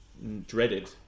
dreaded